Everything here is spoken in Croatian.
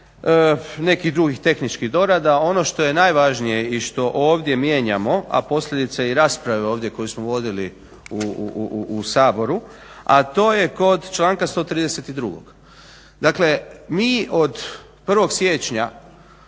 nekih drugih tehničkih dorada ono što je najvažnije i što ovdje mijenjamo, a posljedica je i rasprave ovdje koju smo vodili u Saboru a to je kod članka 132. Dakle, mi od 1. siječnja